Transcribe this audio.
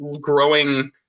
growing